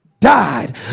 Died